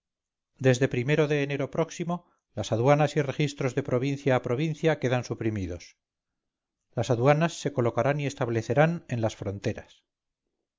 desde o de enero próximo las aduanas y registros de provincia a provincia quedan suprimidos las aduanas se colocarán y establecerán en las fronteras